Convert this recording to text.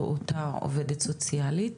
לאותה העובדת הסוציאלית?